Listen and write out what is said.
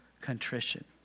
contrition